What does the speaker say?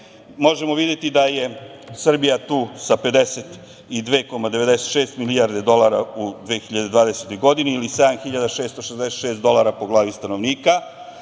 možemo videti da je Srbija tu sa 52,96 milijarde dolara u 2020. godini ili 7.666 dolara po glavi stanovnika.